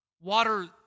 Water